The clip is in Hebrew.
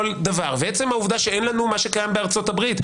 דבר ועצם העובדה שאין לנו מה שקיים בארצות הברית,